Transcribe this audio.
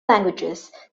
languages